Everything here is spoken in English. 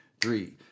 three